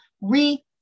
re